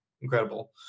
incredible